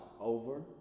over